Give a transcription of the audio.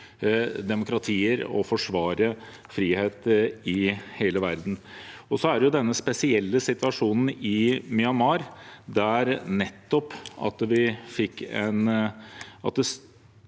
demokratier og forsvare frihet i hele verden. Så er det denne spesielle situasjonen i Myanmar, med kuppet. De